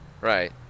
right